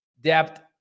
depth